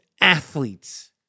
athletes